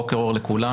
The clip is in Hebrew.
בוקר אור לכולם,